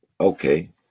Okay